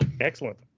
Excellent